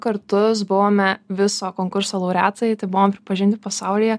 kartus buvome viso konkurso laureatai tai buvom pripažinti pasaulyje